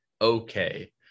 okay